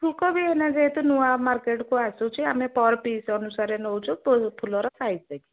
ଫୁଲ କୋବି ଏଇନା ଯେହେତୁ ନୂଆ ମାର୍କେଟକୁ ଆସୁଛି ଆମେ ପର୍ ପିସ୍ ଅନୁସାରେ ନେଉଛୁ ଫୁଲର ସାଇଜ୍ ଦେଖିକି